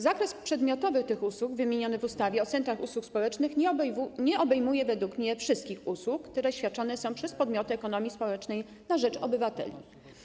Zakres przedmiotowy tych usług wymieniony w ustawie o centrach usług społecznych nie obejmuje według mnie wszystkich usług, które świadczone są przez podmioty ekonomii społecznej na rzecz obywateli.